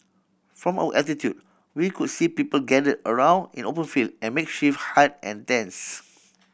from our altitude we could see people gathered around in open field in makeshift hut and tents